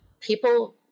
people